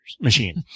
Machine